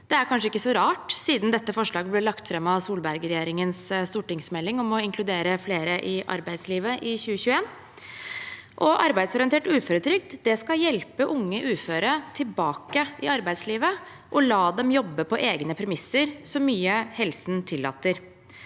Det er kanskje ikke så rart, siden dette forslaget ble lagt fram i Solberg-regjeringens stortingsmelding om å inkludere flere i arbeidslivet, Meld. St. 32 for 2020–2021. Arbeidsorientert uføretrygd skal hjelpe unge uføre tilbake i arbeidslivet og la dem jobbe på egne premisser, så mye helsen tillater.